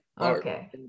Okay